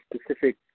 specific